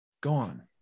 gone